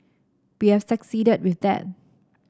we have succeeded with that